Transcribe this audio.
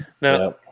Now